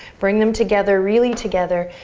bring them together, really together.